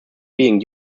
being